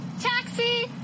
Taxi